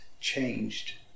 changed